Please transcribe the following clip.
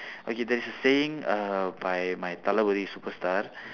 okay there's a saying uh by my Thalapathy superstar